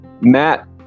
Matt